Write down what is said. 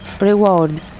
reward